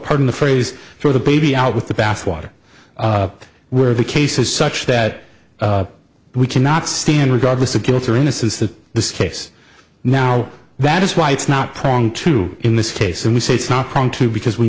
pardon the phrase throw the baby out with the bathwater where the case is such that we cannot stand regardless of guilt or innocence that this case now that is why it's not prong two in this case and we say it's not going to because we